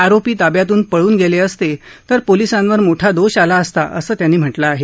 आरोपी ताब्यातून पळून गेले असते तर पोलिसांवर मोठा दोष आला असता असं त्यांनी म्हातिं आहे